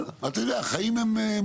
אבל, אתה יודע, החיים הם מורכבים.